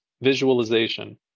visualization